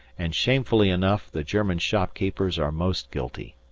and shamefully enough the german shopkeepers are most guilty.